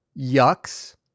yucks